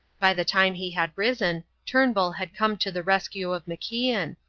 by the time he had risen, turnbull had come to the rescue of macian,